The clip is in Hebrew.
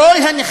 הלך